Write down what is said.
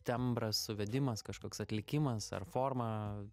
tembras suvedimas kažkoks atlikimas ar forma